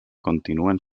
continuen